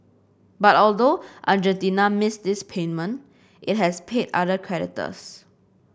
but although Argentina missed this payment it has paid other creditors